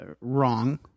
wrong